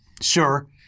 sure